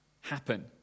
happen